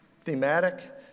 thematic